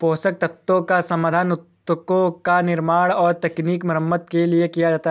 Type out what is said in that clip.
पोषक तत्वों का समाधान उत्तकों का निर्माण और उनकी मरम्मत के लिए किया जाता है